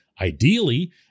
Ideally